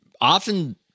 often